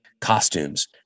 costumes